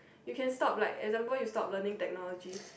you can stop like example you stop learning technology